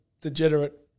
degenerate